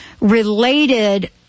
related